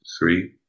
three